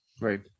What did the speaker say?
Right